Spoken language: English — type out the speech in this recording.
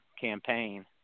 campaign